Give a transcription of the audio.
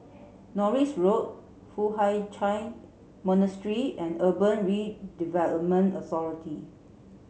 Norris Road Foo Hai Ch'an Monastery and Urban Redevelopment Authority